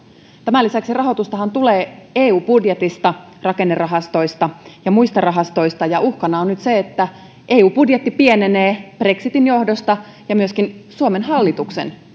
tämän lisäksihän rahoitusta tulee eu budjetista rakennerahastoista ja muista rahastoista ja uhkana on nyt se että eu budjetti pienenee brexitin johdosta ja myöskin suomen hallituksen